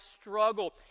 struggle